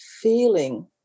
feeling